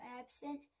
absent